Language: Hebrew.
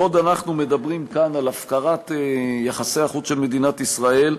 בעוד אנחנו מדברים כאן על הפקרת יחסי החוץ של מדינת ישראל,